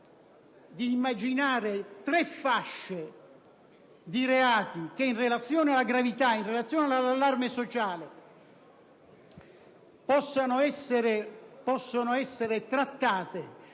di immaginare tre fasce di reati che, in relazione alla gravità e all'allarme sociale, possono essere trattate